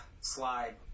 slide